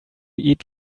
eat